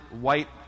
white